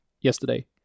yesterday